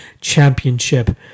championship